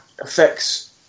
affects